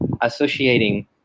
associating